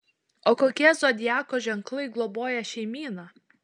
o kokie zodiako ženklai globoja šeimyną